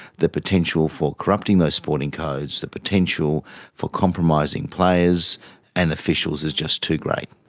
the potential for corrupting those sporting codes, the potential for compromising players and officials is just too great.